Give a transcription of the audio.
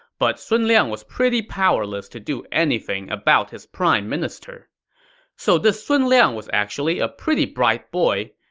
but sun liang was pretty powerless to do anything about his prime minister so this sun liang was actually a pretty bright boy.